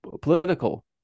political